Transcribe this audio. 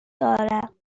دارم